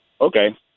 Okay